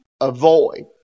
avoid